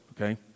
okay